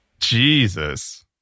Jesus